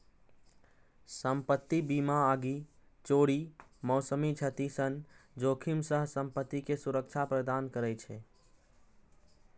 संपत्ति बीमा आगि, चोरी, मौसमी क्षति सन जोखिम सं संपत्ति कें सुरक्षा प्रदान करै छै